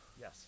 Yes